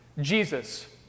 Jesus